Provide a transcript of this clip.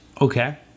Okay